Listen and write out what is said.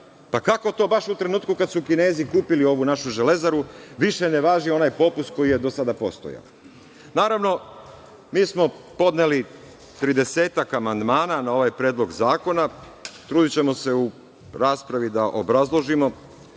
Pa, kako to sad baš u trenutku kada su Kinezi kupili ovu našu Železaru više ne važi onaj popust koji je do sada postojao. Naravno, mi smo podneli tridesetak amandmana na ovaj predlog zakona. Trudićemo se u raspravi da obrazložimo